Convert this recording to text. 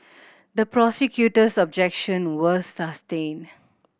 the prosecutor's objection was sustained